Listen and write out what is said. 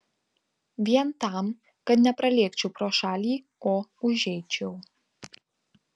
vien tam kad nepralėkčiau pro šalį o užeičiau